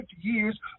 years